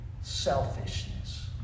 selfishness